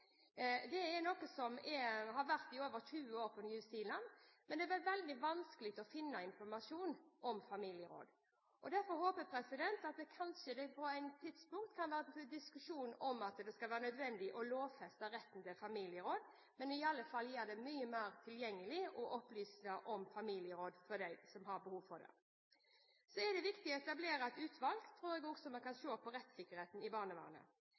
det er noe som har vært i over 20 år på New Zealand – men det er veldig vanskelig å finne informasjon om familieråd. Derfor håper jeg at man kanskje på et tidspunkt kan diskutere om det er nødvendig å lovfeste retten til familieråd, iallfall gjøre det mye mer tilgjengelig, og opplyse om adgangen til familieråd for dem som har behov for det. Så tror jeg det er viktig å etablere et utvalg så vi kan se på rettssikkerheten i barnevernet.